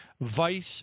vice